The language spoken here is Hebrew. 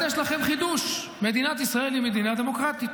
אני אחדש לכם חידוש: מדינת ישראל היא מדינה דמוקרטית.